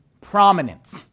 prominence